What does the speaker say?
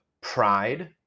pride